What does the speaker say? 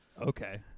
Okay